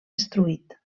destruït